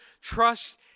trust